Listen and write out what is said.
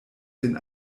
den